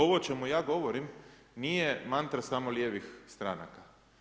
Ovo o čemu ja govorim nije mantra samo lijevih stranaka.